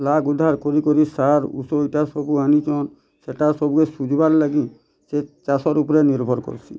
ଲାଖ୍ ଉଧାର୍ କରିକରି ସାର୍ ଉଷୋ ଇଟା ସବୁ ଆନିଛନ୍ ସେଇଟା ସବେ ସୁଝବାର୍ ଲାଗି ସେ ଚାଷର୍ ଉପରେ ନିର୍ଭର୍ କର୍ସି